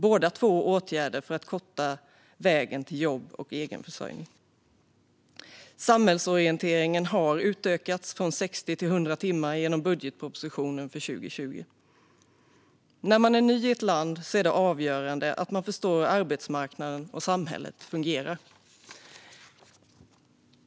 Båda är åtgärder för att korta vägen till jobb och egenförsörjning. Samhällsorienteringen har utökats från 60 till 100 timmar genom budgetpropositionen för 2020. När man är ny i ett land är det avgörande att man förstår hur arbetsmarknaden och samhället fungerar.